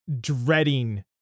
dreading